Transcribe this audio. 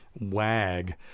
wag